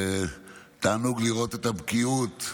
תענוג לראות את הבקיאות,